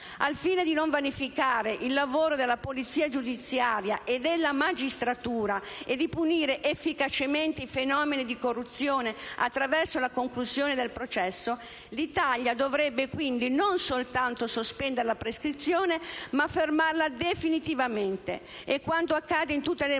Al fine di non vanificare il lavoro della polizia giudiziaria e della magistratura, e di punire efficacemente i fenomeni di corruzione attraverso la conclusione del processo, l'Italia dovrebbe quindi non soltanto sospendere la prescrizione, ma fermarla definitivamente. È quanto accade in tutte le